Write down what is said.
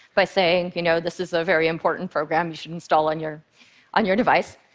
by saying, you know, this is a very important program you should install on your on your device.